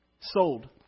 sold